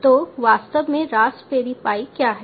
तो वास्तव में रास्पबेरी पाई क्या है